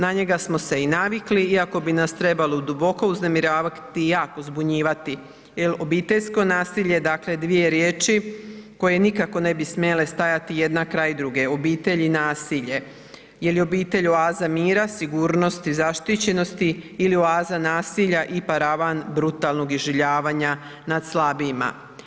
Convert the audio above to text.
Na njega smo se i navikli iako bi nas trebalo duboko uznemiravati i jako zbunjivati jer obiteljsko nasilje, dakle riječi koje nikako ne bi smjele stajati jedna kraj druge, obitelj i nasilje jer je obitelj oaza mira, sigurnosti, zaštićenosti ili oaza nasilja i paravan brutalnog iživljavanja nad slabijima.